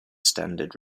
standard